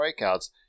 strikeouts